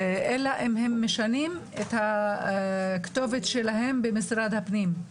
אלא אם הם משנים את הכתובת שלהם במשרד הפנים.